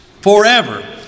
forever